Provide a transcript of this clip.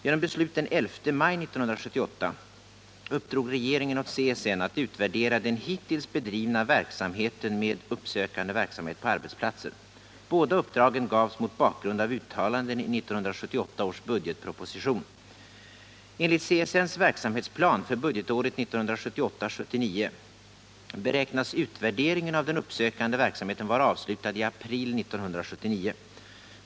Genom beslut den 11 maj 1978 uppdrog regeringen åt CSN att utvärdera den hittills bedrivna verksamheten med uppsökande verksamhet på arbetsplatser. Båda uppdragen gavs mot bakgrund av uttalanden i 1978 års budgetproposition (prop. 1977 78:18, rskr 1977 79 beräknas utvärderingen av den uppsökande verksamheten vara avslutad i april 1979.